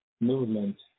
Movement